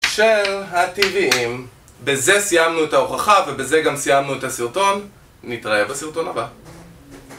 של הטבעים בזה סיימנו את ההוכחה ובזה גם סיימנו את הסרטון נתראה בסרטון הבא